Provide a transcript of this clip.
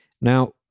Now